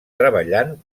treballant